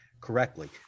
correctly